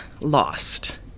lost